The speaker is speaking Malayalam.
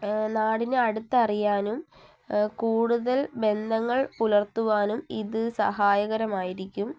നാടിനെ അടുത്തറിയാനും കൂടുതൽ ബന്ധങ്ങൾ പുലർത്തുവാനും ഇത് സഹായകരമായിരിക്കും